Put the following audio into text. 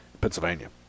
Pennsylvania